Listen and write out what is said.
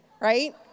right